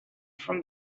from